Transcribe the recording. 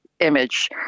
Image